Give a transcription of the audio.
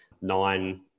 nine